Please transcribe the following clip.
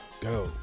go